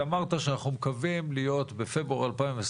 שאמרת שאנחנו מקווים להיות בפברואר 2023